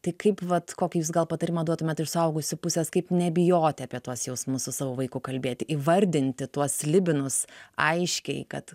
tai kaip vat kokį jūs gal patarimą duotumėt iš suaugusių pusės kaip nebijoti apie tuos jausmus su savo vaiku kalbėti įvardinti tuos slibinus aiškiai kad